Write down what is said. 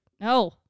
no